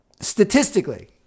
statistically